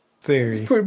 theory